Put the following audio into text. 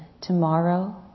Tomorrow